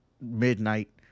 midnight